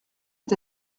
est